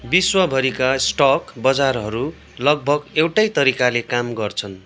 विश्वभरिका stock बजारहरू लगभग एउटै तरिकाले काम गर्छन्